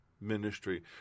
ministry